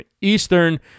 Eastern